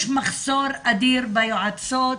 יש מחסור אדיר ביועצות